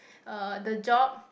uh the job